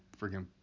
freaking